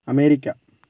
America